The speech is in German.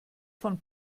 von